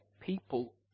people